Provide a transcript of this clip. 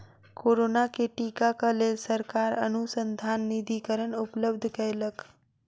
corona के टीका क लेल सरकार अनुसन्धान निधिकरण उपलब्ध कयलक